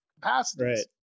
capacities